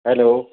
hello